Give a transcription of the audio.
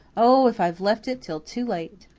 oh, if i've left it till too late!